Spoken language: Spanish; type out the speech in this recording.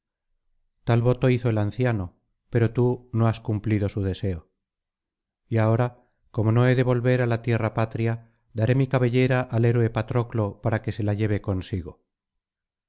voto hizo el anciano pero tú no has cumplido su deseo y ahora como no he de volver á la tierra patria daré mi cabellera al héroe patroclo para que se la lleve consigo